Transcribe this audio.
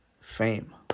fame